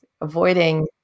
avoiding